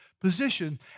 position